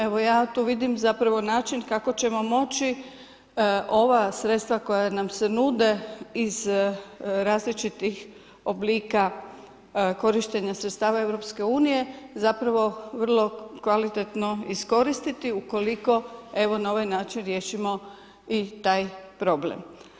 Evo ja tu vidim zapravo način kako ćemo moći ova sredstva koja nam se nude iz različitih oblika korištenja sredstava Europske unije zapravo vrlo kvalitetno iskoristiti u koliko evo na ovaj način riješimo i taj problem.